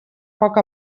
poc